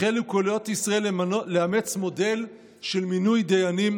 החלו קהילות ישראל לאמץ מודל של מינוי דיינים